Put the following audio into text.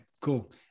cool